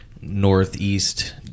northeast